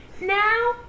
Now